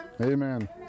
Amen